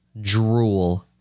drool